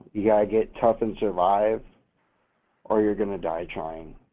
yeah get tough and survive or you're gonna die trying.